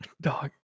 Dog